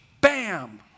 bam